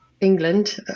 england